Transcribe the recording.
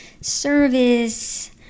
service